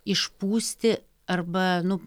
išpūsti arba nu